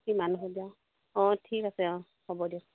কিমান সময়ত যাওঁ অঁ ঠিক আছে অঁ হ'ব দিয়ক